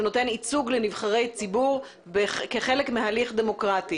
שנותן ייצוג לנבחרי ציבור כחלק מהליך דמוקרטי